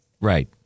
Right